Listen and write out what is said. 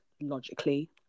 logically